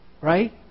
Right